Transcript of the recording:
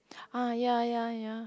ah ya ya ya